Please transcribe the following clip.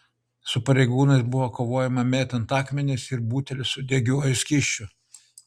su pareigūnais buvo kovojama mėtant akmenis ir butelius su degiuoju skysčiu